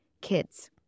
kids